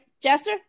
Jester